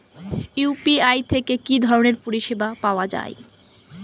UPI থেকে কি ধরণের পরিষেবা পাওয়া য়ায়?